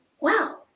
Wow